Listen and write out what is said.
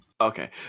Okay